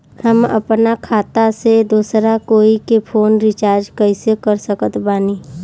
हम अपना खाता से दोसरा कोई के फोन रीचार्ज कइसे कर सकत बानी?